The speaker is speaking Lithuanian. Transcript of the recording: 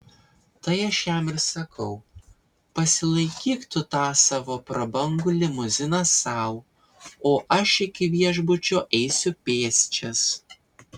tai aš jam ir sakau pasilaikyk tu tą savo prabangu limuziną sau o aš iki viešbučio eisiu pėsčias